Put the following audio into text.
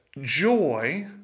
Joy